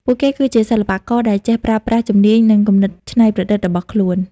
ពួកគេគឺជាសិល្បករដែលចេះប្រើប្រាស់ជំនាញនិងគំនិតច្នៃប្រឌិតរបស់ខ្លួន។